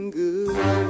good